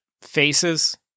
faces